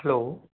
hello